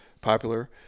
popular